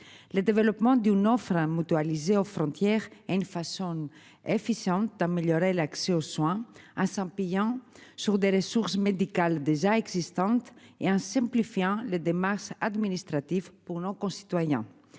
le développement d'une offre un mutualiser aux frontières est une façon efficiente. Améliorer l'accès aux soins à 100 pillant sur des ressources médicales déjà existantes et en simplifiant les démarches administratives pour nos concitoyens.